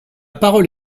parole